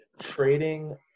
trading